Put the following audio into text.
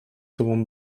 sobą